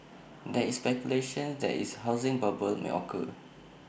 there is speculation that is housing bubble may occur